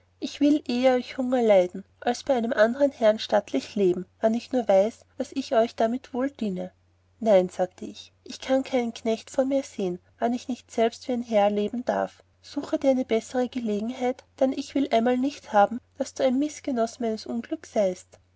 ich will ehe bei euch hunger leiden als bei einem andern herrn stattlich leben wann ich nur weiß daß ich euch darmit wohl diene nein sagte ich ich kann keinen knecht vor mir sehen wann ich nicht selbst wie ein herr leben darf suche dir eine bessere gelegenheit dann ich will einmal nicht haben daß du ein mitgenoß meines unglücks seiest